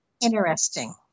interesting